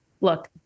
look